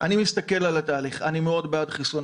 אני מסתכל על התהליך, אני מאוד בעד חיסונים.